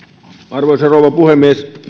arvoisa rouva puhemies